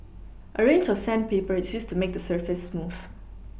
a range of sandpaper is used to make the surface smooth